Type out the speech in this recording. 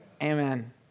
Amen